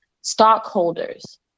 stockholders